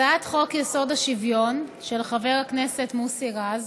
הצעת חוק-יסוד: השוויון של חבר הכנסת מוסי רז